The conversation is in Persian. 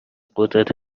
قدرت